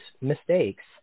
mistakes